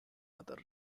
other